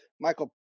Michael